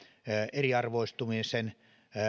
eriarvoistumisen